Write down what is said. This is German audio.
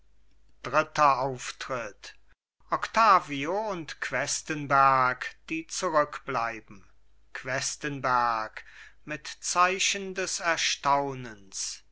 dritter auftritt octavio und questenberg die zurückbleiben questenberg mit zeichen des erstaunens